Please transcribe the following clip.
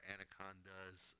Anaconda's